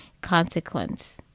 consequence